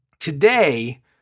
Today